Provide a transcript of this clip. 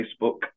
Facebook